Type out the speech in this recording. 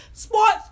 sports